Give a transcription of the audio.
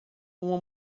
uma